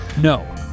No